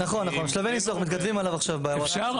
מתכתבים עליו עכשיו בווטסאפ.